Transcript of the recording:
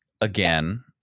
again